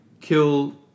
kill